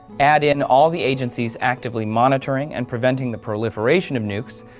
add in all the agencies actively monitoring and preventing the proliferation of nukes,